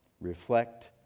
Reflect